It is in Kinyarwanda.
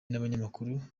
nabanyamakuru